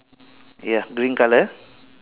ya green colour